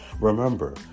Remember